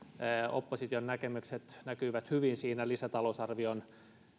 opposition näkemykset näkyivät hyvin lisätalousarvioon